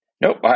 Nope